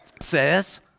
says